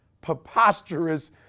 preposterous